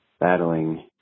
battling